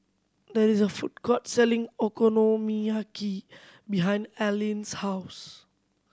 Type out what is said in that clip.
there is a food court selling Okonomiyaki behind Aleen's house